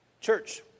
Church